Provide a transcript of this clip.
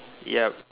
yup